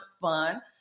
fun